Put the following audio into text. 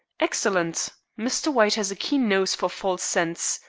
excellent. mr. white has a keen nose for false scents.